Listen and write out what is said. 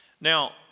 Now